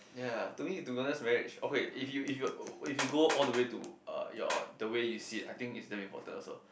ya to me to be honest marriage oh wait if you if if you go all the way to uh your the way you see it I think it's damn important also